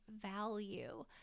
value